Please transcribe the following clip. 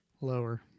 lower